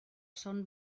són